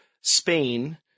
Spain